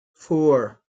four